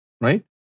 right